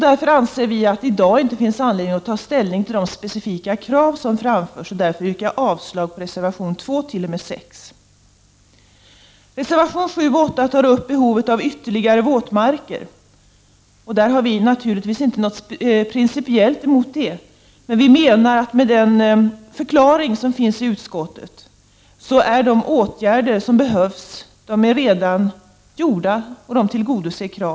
Därför anser vi att det i dag inte finns någon anledning att ta ställning till de specifika krav som framförs, och därför yrkar jag avslag på reservationerna 2-6. I reservationerna 7 och 8 tas behovet av ytterligare våtmarker upp. Vi har naturligtvis ingenting principiellt emot detta, men vi menar att de åtgärder som behövs redan är vidtagna, så att kraven har tillgodosetts.